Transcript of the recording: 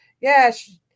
Yes